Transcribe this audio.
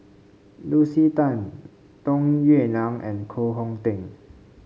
Lucy Tan Tung Yue Nang and Koh Hong Teng